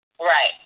Right